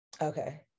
okay